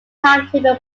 timetable